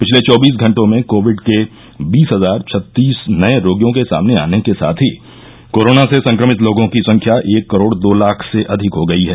पिछले चौबीस घटों में कोविड के बीस हजार छत्तीस नये रोगियों के सामने आने के साथ ही कोरोना से संक्रमित लोगों की संख्या एक करोड दो लाख से अधिक हो गई है